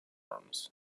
arms